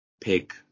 pick